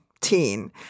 teen